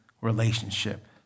relationship